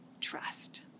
trust